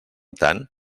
tant